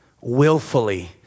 willfully